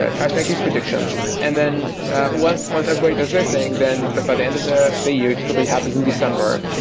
ah try to make these predictions. and then once once everybody does their thing, then but by the end of the the year, it typically happens in december,